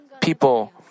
people